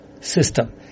system